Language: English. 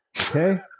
Okay